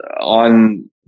on